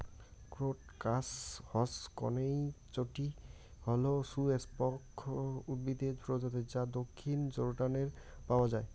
crocus হসকনেইচটি হল সপুষ্পক উদ্ভিদের প্রজাতি যা দক্ষিণ জর্ডানে পাওয়া য়ায়